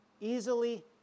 easily